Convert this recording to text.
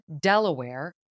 Delaware